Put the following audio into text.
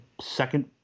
second